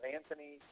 Anthony